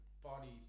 bodies